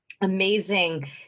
amazing